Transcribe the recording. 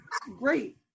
great